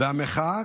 והמחאה,